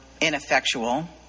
ineffectual